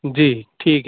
جی ٹھیک ہے